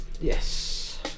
Yes